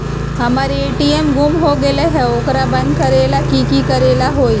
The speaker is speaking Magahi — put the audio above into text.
हमर ए.टी.एम गुम हो गेलक ह ओकरा बंद करेला कि कि करेला होई है?